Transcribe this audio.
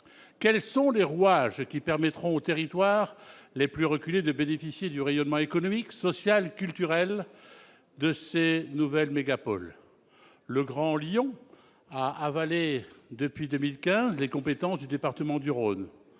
Quels sont les rouages qui permettront aux territoires les plus reculés de bénéficier du rayonnement économique, social, culturel de ces nouvelles mégapoles ? Le Grand Lyon a avalé, depuis 2015, les compétences du département du Rhône.